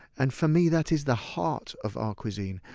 and, for me, that is the heart of our cuisine.